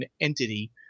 entity